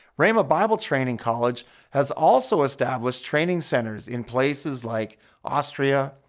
rhema bible training college has also established trainings centers in places like austria,